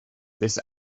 this